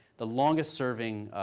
the longest serving